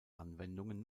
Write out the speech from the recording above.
anwendungen